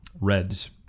REDS